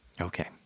Okay